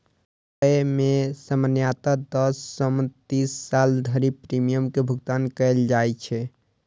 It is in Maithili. अय मे सामान्यतः दस सं तीस साल धरि प्रीमियम के भुगतान कैल जाइ छै